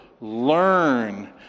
Learn